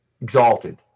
exalted